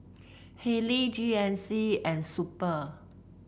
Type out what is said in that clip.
Haylee G N C and Super